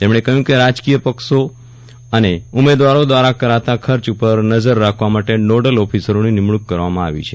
તેમજ્ઞે કહ્યું કે રાજકીય પક્ષો અને ઉમેદવારો દ્વારા કરાતાં ખર્ચ ઉપર નજર રાખવા માટે નોડલ ઓફિસરોની નિમશુંક કરવામાં આવી છે